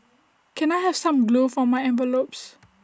can I have some glue for my envelopes